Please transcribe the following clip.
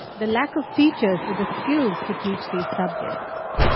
the lack of teachers with the skills to teach these subjects,